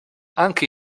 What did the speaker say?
anche